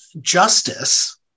Justice